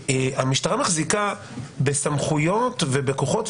המשטרה מחזיקה בסמכויות ובכוחות,